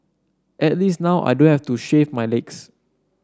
at least now I don't have to shave my legs